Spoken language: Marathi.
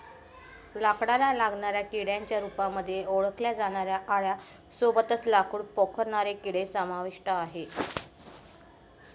लाकडाला लागणाऱ्या किड्यांच्या रूपामध्ये ओळखल्या जाणाऱ्या आळ्यां सोबतच लाकूड पोखरणारे किडे समाविष्ट आहे